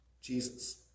Jesus